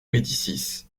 médicis